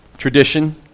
Tradition